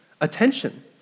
attention